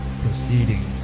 proceeding